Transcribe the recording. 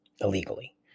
illegally